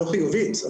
לא חיובית,